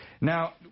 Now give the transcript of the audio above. Now